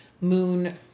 moon